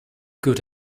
good